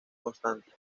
constantes